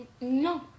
No